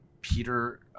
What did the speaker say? Peter